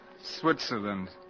Switzerland